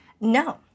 No